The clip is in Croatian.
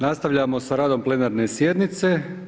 Nastavljamo sa radom plenarne sjednice.